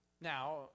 Now